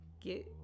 Get